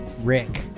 Rick